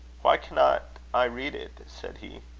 why cannot i read it? said he.